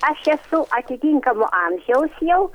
aš esu atitinkamo amžiaus jau